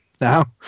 now